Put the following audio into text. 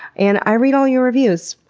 and i read all your reviews.